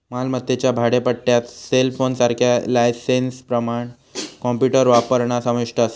मालमत्तेच्या भाडेपट्ट्यात सेलफोनसारख्या लायसेंसप्रमाण कॉम्प्युटर वापरणा समाविष्ट असा